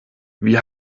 wie